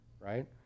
right